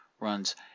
runs